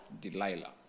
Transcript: Delilah